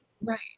right